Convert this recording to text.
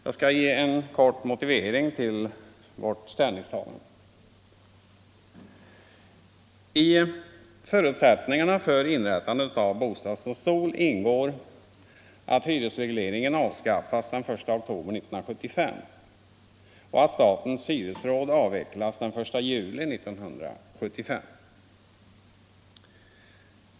Jag skall ge en kort motivering till vårt ställningstagande. I förutsättningarna för inrättandet av en bostadsdomstol ingår att hyresregleringen avskaffas den 1 oktober 1975 och att statens hyresråd avvecklas den 1 juli 1975.